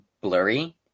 blurry